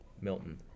Milton